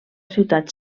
ciutat